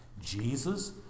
Jesus